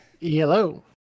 Hello